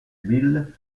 bill